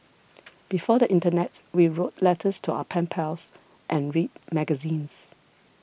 before the internet we wrote letters to our pen pals and read magazines